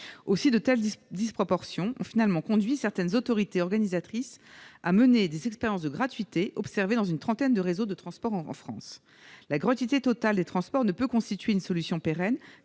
Aussi, de telles disproportions ont finalement conduit certaines autorités organisatrices à mener des expériences de gratuité, observées dans une trentaine de réseaux de transport en France. Toutefois, la gratuité totale des transports ne saurait constituer une solution pérenne,